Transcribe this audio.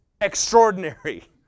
extraordinary